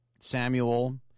Samuel